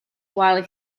while